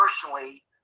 personally